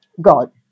God